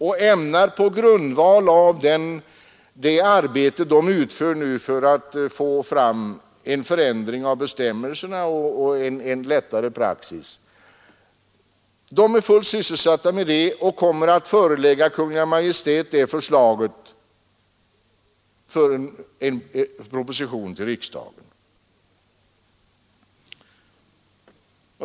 Nu är man i riksskatteverket fullt sysselsatt med att arbeta fram en ändring av bestämmelserna och en lättare praxis. Därefter kommer resultatet att föreläggas Kungl. Maj:t för en proposition till riksdagen.